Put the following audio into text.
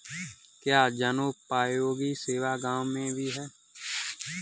क्या जनोपयोगी सेवा गाँव में भी है?